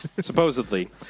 Supposedly